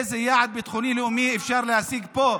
איזה יעד ביטחוני לאומי אפשר להשיג פה?